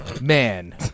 Man